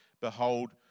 Behold